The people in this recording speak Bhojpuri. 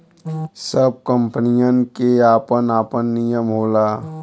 सब कंपनीयन के आपन आपन नियम होला